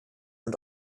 und